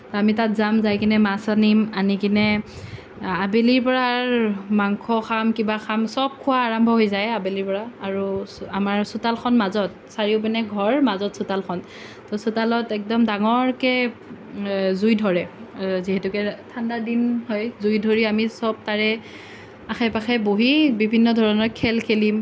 আমি তাত যাম যাই কিনে মাছ আনিম আনি কিনে আবেলিৰ পৰা মাংস খাম কিবা খাম সব খোৱা আৰম্ভ হৈ যায় আবেলিৰ পৰা আৰু আমাৰ চোতালখন মাজত চাৰিওপিনে ঘৰ মাজত চোতালখন তো চোতালত একদম ডাঙৰকৈ জুই ধৰে যিহেতুকে ঠাণ্ডা দিন হয় জুই ধৰি আমি সব তাৰে আশে পাশে বহি বিভিন্ন ধৰণৰ খেল খেলিম